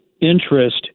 interest